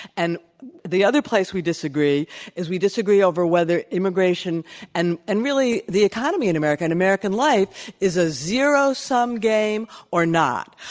and the other place we disagree is we disagree over whether immigration and, really, the economy in america and american life is a zero-sum game or not.